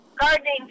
gardening